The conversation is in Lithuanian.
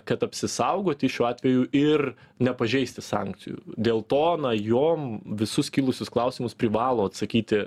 kad apsisaugoti šiuo atveju ir nepažeisti sankcijų dėl to na jom visus kilusius klausimus privalo atsakyti